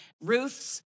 Ruth's